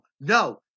no